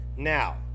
Now